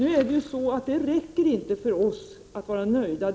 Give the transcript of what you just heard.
Men detta räcker inte för att vi skall vara nöjda.